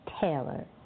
Taylor